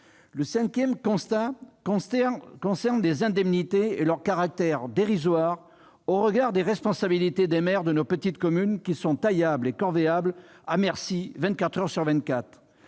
Le cinquième constat concerne les indemnités et leur caractère dérisoire au regard des responsabilités des maires de nos petites communes, taillables et corvéables à merci